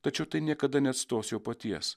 tačiau tai niekada neatstos jo paties